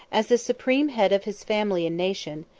as the supreme head of his family and nation,